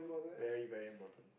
very very important